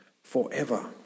Forever